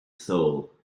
soul